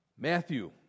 Matthew